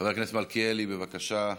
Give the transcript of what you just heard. חבר הכנסת מלכיאלי, בבקשה.